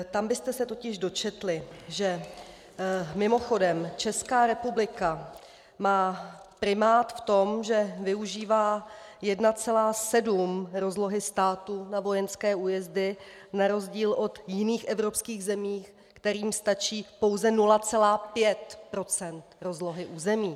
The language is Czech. Tam byste se totiž dočetli, že mimochodem Česká republika má primát v tom že využívá 1,7 % rozlohy státu na vojenské újezdy na rozdíl od jiných evropských zemí, kterým stačí pouze 0,5 % rozlohy území.